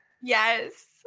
yes